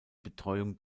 betreuung